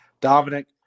Dominic